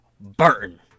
Burton